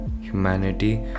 humanity